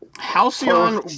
Halcyon